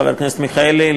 חבר הכנסת מיכאלי,